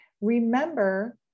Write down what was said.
Remember